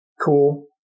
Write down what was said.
cool